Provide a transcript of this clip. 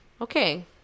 Okay